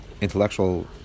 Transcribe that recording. intellectual